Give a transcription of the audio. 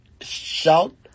shout